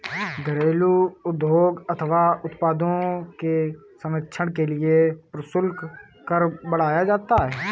घरेलू उद्योग अथवा उत्पादों के संरक्षण के लिए प्रशुल्क कर बढ़ाया जाता है